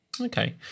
Okay